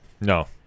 No